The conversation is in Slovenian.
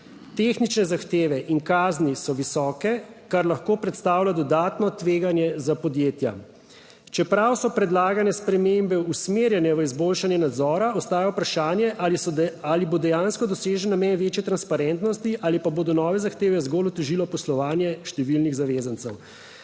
Tehnične zahteve in kazni so visoke, kar lahko predstavlja dodatno tveganje za podjetja. Čeprav so predlagane spremembe usmerjene v izboljšanje nadzora, ostaja vprašanje, ali bo dejansko dosežen namen večje transparentnosti ali pa bodo nove zahteve zgolj otežilo poslovanje številnih zavezancev?